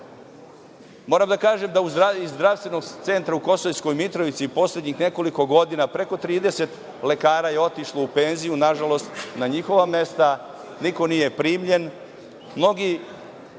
da kažem da iz Zdravstvenog centra u Kosovskoj Mitrovici poslednjih nekoliko godina preko 30 lekara je otišlo u penziju, nažalost, na njihovo mesto niko nije primljen.